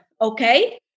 Okay